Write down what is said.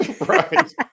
right